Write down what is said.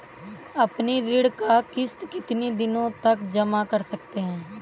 अपनी ऋण का किश्त कितनी दिनों तक जमा कर सकते हैं?